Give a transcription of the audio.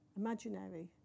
imaginary